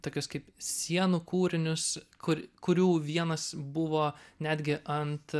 tokius kaip sienų kūrinius kur kurių vienas buvo netgi ant